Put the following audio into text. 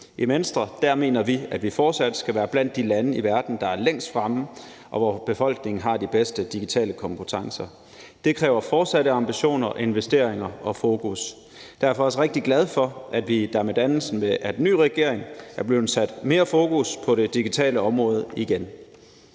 I Venstre mener vi, at vi fortsat skal være blandt de lande i verden, der er længst fremme, og hvor befolkningen har de bedste digitale kompetencer. Det kræver fortsatte ambitioner og investeringer og fokus, og derfor er jeg også rigtig glad for, at der med dannelsen af den nye regering er blevet sat mere fokus på det digitale område igen.